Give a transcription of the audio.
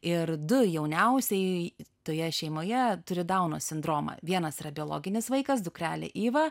ir du jauniausiai toje šeimoje turi dauno sindromą vienas yra biologinis vaikas dukrelė iva